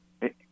Hey